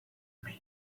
mean